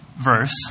verse